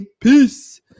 Peace